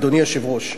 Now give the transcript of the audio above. אדוני היושב-ראש,